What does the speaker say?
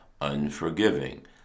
unforgiving